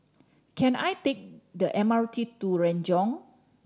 can I take the M R T to Renjong